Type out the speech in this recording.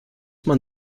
man